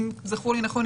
אם זכור לי נכון,